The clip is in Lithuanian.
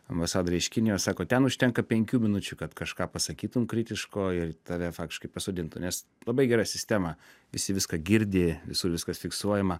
ambasadore iš kinijos sako ten užtenka penkių minučių kad kažką pasakytum kritiško ir tave faktiškai pasodintų nes labai gera sistema visi viską girdi visur viskas fiksuojama